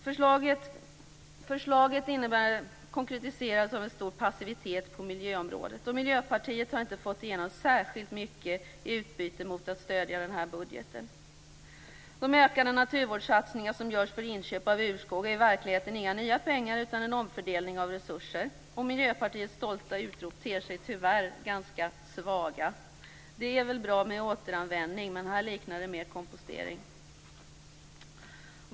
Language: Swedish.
Förslaget innebär stor passivitet på miljöområdet. Miljöparitet har inte fått igenom särskilt mycket i utbyte mot att stödja budgeten. De ökade naturvårdssatsningar som görs för inköp av urskog är i verkligheten inga nya pengar utan en omfördelning av resurser. Miljöpartiets stolta utrop ter sig tyvärr ganska svaga. Det är väl bra med återanvändning, men här liknar det mer kompostering.